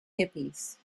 hippies